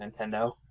Nintendo